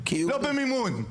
לא במימון.